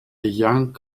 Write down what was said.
young